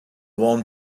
warm